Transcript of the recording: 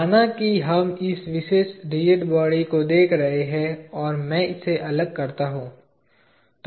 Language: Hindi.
माना कि हम इस विशेष रिजिड बॉडी को देख रहे हैं और मैं इसे अलग करता हूं